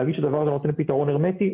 להגיד שהדבר הזה נותן פתרון הרמטי?